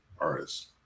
artists